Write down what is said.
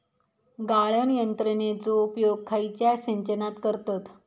गाळण यंत्रनेचो उपयोग खयच्या सिंचनात करतत?